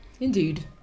Indeed